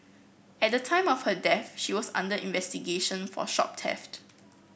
at the time of her death she was under investigation for shop theft